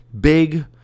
big